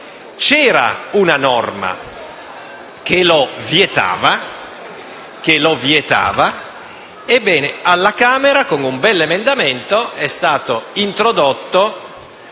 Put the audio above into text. C'era una norma che lo vietava. Ebbene, alla Camera, con un bell'emendamento, è stato introdotto